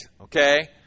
okay